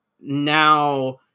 now